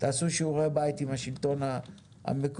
תעשו שיעורי בית עם השלטון המקומי,